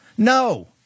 No